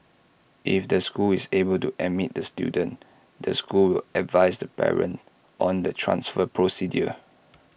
if the school is able to admit the student the school will advise the parent on the transfer procedures